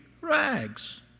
rags